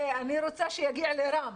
אני רוצה שיגיע לרם.